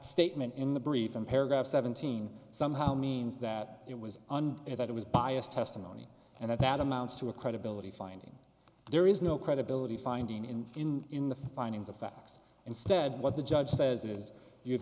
statement in the briefing paragraph seventeen somehow means that it was unfair that it was biased testimony and that amounts to a credibility finding there is no credibility finding in in in the findings of facts instead what the judge says is you have